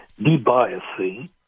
debiasing